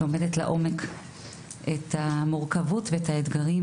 לומדת לעומק את המורכבות ואת האתגרים